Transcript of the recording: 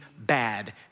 bad